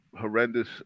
horrendous